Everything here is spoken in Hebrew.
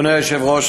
אדוני היושב-ראש,